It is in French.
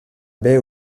baie